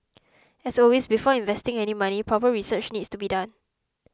as always before investing any money proper research needs to be done